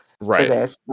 Right